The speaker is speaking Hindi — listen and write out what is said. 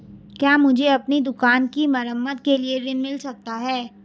क्या मुझे अपनी दुकान की मरम्मत के लिए ऋण मिल सकता है?